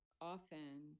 often